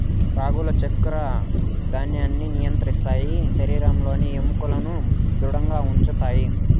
రాగులు చక్కర వ్యాధిని నియంత్రిస్తాయి శరీరంలోని ఎముకలను ధృడంగా ఉంచుతాయి